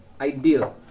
ideal